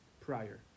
prior